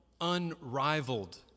unrivaled